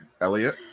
Elliot